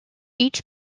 each